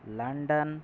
London